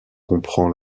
comprend